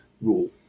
rule